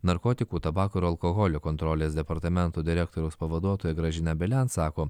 narkotikų tabako ir alkoholio kontrolės departamento direktoriaus pavaduotoja gražina belen sako